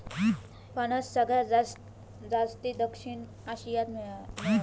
फणस सगळ्यात जास्ती दक्षिण आशियात मेळता